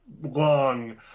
long